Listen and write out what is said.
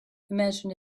imagine